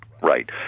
Right